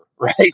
right